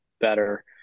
better